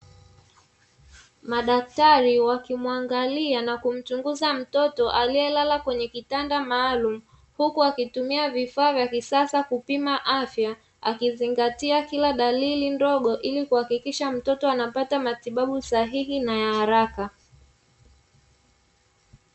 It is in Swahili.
Madaktari wakimwangalia na kumchunguza mtoto aliyelala kwenye kitanda maalumu. Huku akitumia vifaa vya kisasa kupima afya, akizingatia kila dalili ndogo ili kuhakikisha mtoto anapata matibabu sahihi na ya haraka.